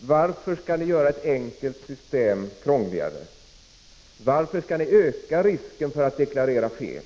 Varför skall ni göra ett enkelt system krångligare? Varför skall ni öka risken för att deklarera fel?